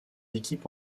équipes